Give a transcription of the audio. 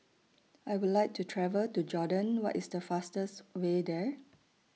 I Would like to travel to Jordan What IS The fastest Way There